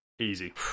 Easy